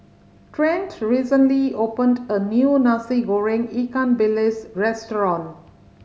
Trent recently opened a new Nasi Goreng ikan bilis restaurant